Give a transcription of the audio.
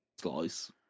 slice